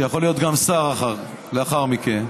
שיכול להיות גם שר לאחר מכן,